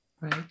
Right